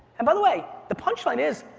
and by the way, the punchline is,